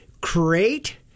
create